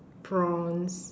prawns